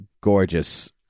gorgeous